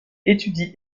étudie